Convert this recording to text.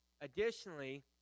Additionally